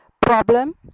problem